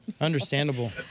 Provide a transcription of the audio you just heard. Understandable